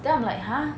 then I'm like !huh!